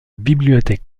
bibliothèque